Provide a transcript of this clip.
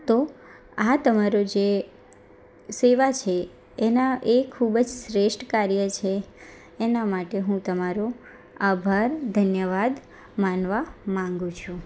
તો આ તમારી જે સેવા છે એના એ ખૂબ જ શ્રેષ્ઠ કાર્ય છે એના માટે હું તમારો આભાર ધન્યવાદ માનવા માંગુ છું